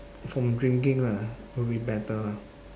from drinking lah will be better